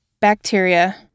bacteria